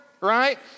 Right